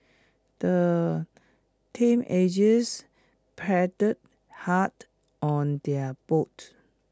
the teenagers paddled hard on their boat